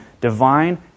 divine